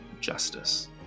justice